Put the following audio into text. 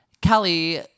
Kelly